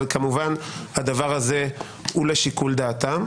אבל כמובן הדבר הזה הוא לשיקול דעתם.